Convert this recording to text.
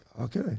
Okay